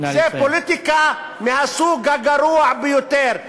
זה פוליטיקה מהסוג הגרוע ביותר.